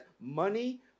money